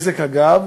נזק, אגב,